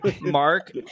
mark